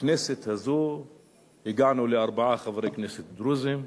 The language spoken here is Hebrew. בכנסת הזאת הגענו לארבעה חברי כנסת דרוזים,